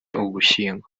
ugushyingo